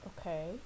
okay